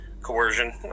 coercion